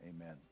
Amen